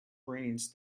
brains